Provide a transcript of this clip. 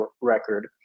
record